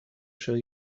shall